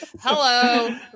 Hello